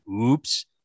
oops